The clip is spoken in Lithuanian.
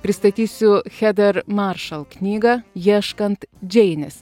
pristatysiu heder maršal knygą ieškant džeinės